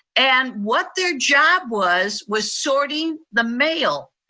and what their job was was sorting the mail.